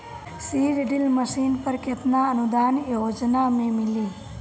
Seed drill machine पर केतना अनुदान योजना में मिली?